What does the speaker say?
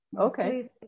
Okay